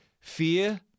Fear